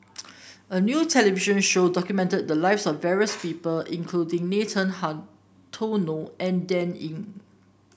a new television show documented the lives of various people including Nathan Hartono and Dan Ying